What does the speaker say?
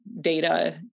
data